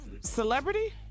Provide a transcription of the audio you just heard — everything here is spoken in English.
celebrity